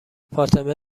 فاطمه